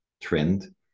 trend